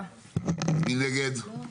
הצבעה בעד, 6 נגד,